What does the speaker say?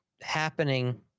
Happening